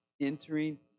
Entering